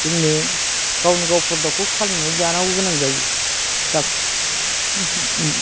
जोंनि गावनो गाव प्रडाक्टखौ खालामनानै जानांगौ गोनां जायो